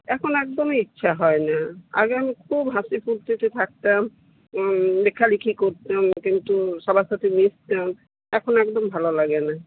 এখন একদমই ইচ্ছা হয় না আগে আমি খুব হাসিখুশিতে থাকতাম লেখালিখি করতাম কিন্তু সবার সাথে মিশতাম এখন একদম ভালো লাগে না